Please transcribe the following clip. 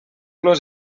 los